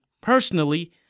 Personally